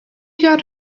got